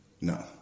No